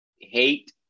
hate